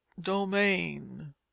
domain